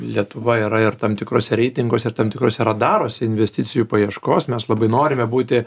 lietuva yra ir tam tikruose reitinguose ir tam tikruose radaruose investicijų paieškos mes labai norime būti